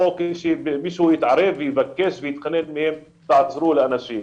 או שמישהו יתערב ויתחנן שיעזרו לאנשים.